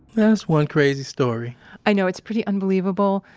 that's one crazy story i know. it's pretty unbelievable,